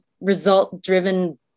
result-driven